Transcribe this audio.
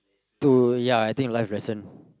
to ya I think life lesson